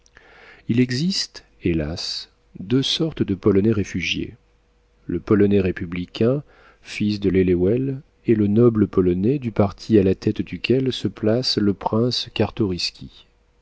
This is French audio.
il existe hélas deux sortes de polonais réfugiés le polonais républicain fils de lelewel et le noble polonais du parti à la tête duquel se place le prince